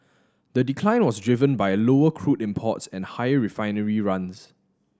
the decline was driven by lower crude imports and higher refinery runs